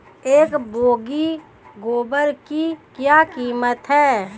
एक बोगी गोबर की क्या कीमत है?